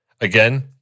Again